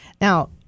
Now